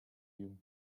you